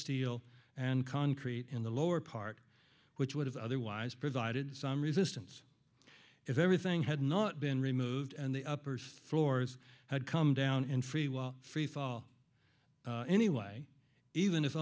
steel and concrete in the lower part which would have otherwise provided some resistance if everything had not been removed and the upper floors had come down and free while freefall anyway even if